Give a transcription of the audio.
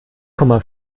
komma